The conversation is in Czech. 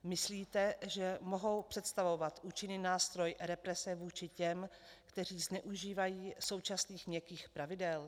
Myslíte, že mohou představovat účinný nástroj represe vůči těm, kteří zneužívají současných měkkých pravidel?